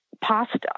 Pasta